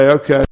okay